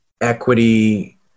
equity